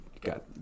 got